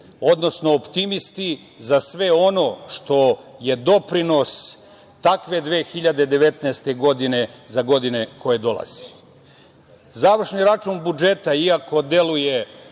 odnosno optimisti za sve ono što je doprinos takve 2019. godine za godine koje dolaze. Završni račun budžeta iako deluje